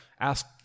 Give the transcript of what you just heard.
ask